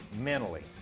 mentally